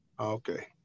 okay